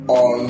on